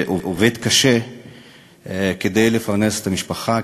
עובד קשה כדי לפרנס את המשפחה,